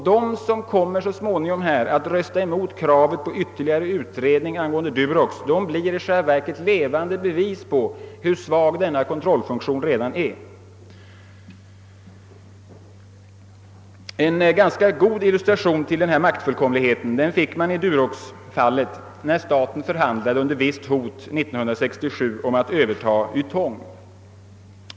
De som så småningom här kommer att rösta mot kravet på ytterligare utredning angående Durox blir i själva verket levande bevis på hur svag denna kontrollfunktion redan är. En ganska god illustration till denna maktfullkomlighet fick vi i Duroxfallet, när staten år 1967 under visst hot förhandlade om att överta Ytong.